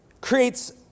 creates